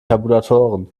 tabulatoren